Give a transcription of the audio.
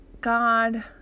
God